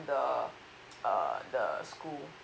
the uh the school